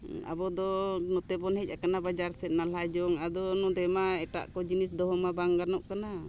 ᱟᱵᱚ ᱫᱚ ᱱᱚᱛᱮᱵᱚᱱ ᱦᱮᱡ ᱟᱠᱟᱱᱟ ᱵᱟᱡᱟᱨ ᱥᱮᱫ ᱱᱟᱞᱦᱟ ᱡᱚᱝ ᱟᱫᱚ ᱱᱚᱸᱰᱮᱢᱟ ᱮᱴᱟᱜ ᱠᱚ ᱡᱤᱱᱤᱥ ᱫᱚᱦᱚᱼᱢᱟ ᱵᱟᱝ ᱜᱟᱱᱚᱜ ᱠᱟᱱᱟ